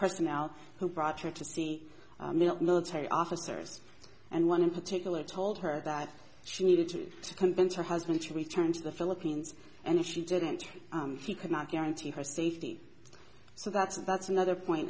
personnel who brought her to see military officers and one in particular told her that she needed to convince her husband to return to the philippines and if she didn't she could not guarantee her safety so that's and that's another point